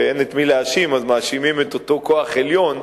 כשאין את מי להאשים אז מאשימים את אותו כוח עליון,